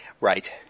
Right